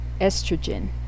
estrogen